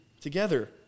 Together